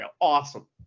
awesome